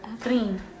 Green